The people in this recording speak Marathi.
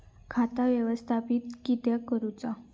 खाता व्यवस्थापित किद्यक करुचा?